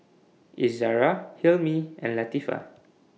Izzara Hilmi and Latifa